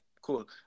cool